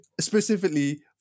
Specifically